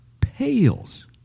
pales